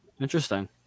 interesting